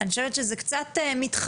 אני חושבת שזה קצת מתחמק